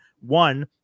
one